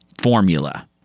formula